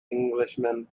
englishman